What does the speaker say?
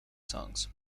songs